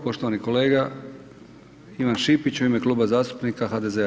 Poštovani kolega Ivan Šipić u ime Kluba zastupnika HDZ-a.